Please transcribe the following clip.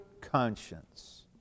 conscience